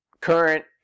current